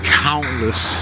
countless